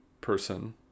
person